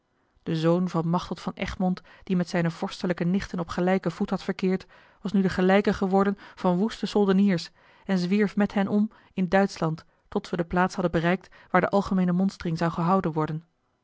de zoon van machteld van egmond die met zijne vorstelijke nichten op gelijken voet had verkeerd was nu de gelijke geworden van woeste soldeniers en zwierf met hen om in duitschland tot we de plaats hadden bereikt waar de algemeene monstering zou gehouden worden